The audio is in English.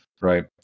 right